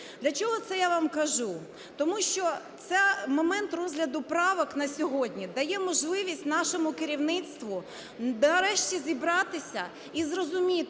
Для чого це я вам кажу? Тому що це момент розгляду правок на сьогодні дає можливість нашому керівництву нарешті зібратися і зрозуміти,